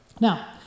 Now